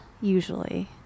usually